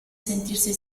sentirsi